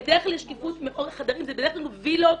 בדרך כלל יש שקיפות מאוד --- זה בדרך כלל וילות,